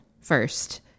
first